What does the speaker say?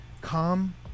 calm